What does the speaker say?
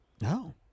No